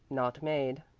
not made.